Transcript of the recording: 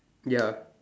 ya